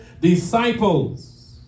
disciples